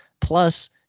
Plus